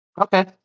Okay